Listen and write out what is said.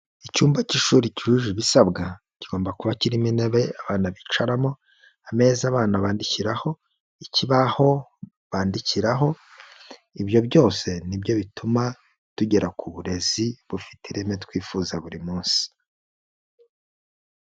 Icyumba cy'ishuri cyujuje ibisabwa, kigomba kuba kirimo intebe abana bicaramo, ameza abana bandikiraho, ikibaho bandikiraho, ibyo byose ni byo bituma tugera ku burezi bufite ireme twifuza buri munsi.